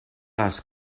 las